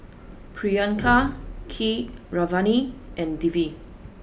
Priyanka Keeravani and Dilip